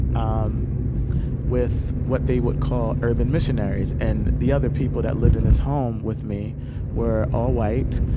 um with what they would call urban missionaries. and the other people that lived in this home with me were all white,